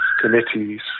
committees